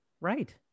Right